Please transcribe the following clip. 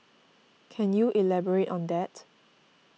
can you elaborate on that